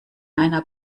einer